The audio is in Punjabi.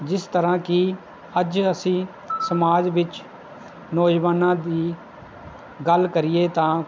ਜਿਸ ਤਰ੍ਹਾਂ ਕਿ ਅੱਜ ਅਸੀਂ ਸਮਾਜ ਵਿੱਚ ਨੌਜਵਾਨਾਂ ਦੀ ਗੱਲ ਕਰੀਏ ਤਾਂ